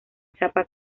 chapa